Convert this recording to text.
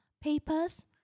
papers